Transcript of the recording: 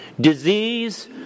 disease